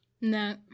No